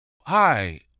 Hi